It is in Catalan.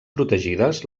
protegides